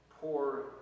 poor